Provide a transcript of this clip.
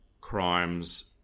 crimes